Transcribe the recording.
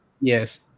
Yes